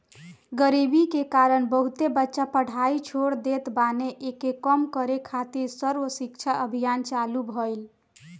गरीबी के कारण बहुते बच्चा पढ़ाई छोड़ देत बाने, एके कम करे खातिर सर्व शिक्षा अभियान चालु भईल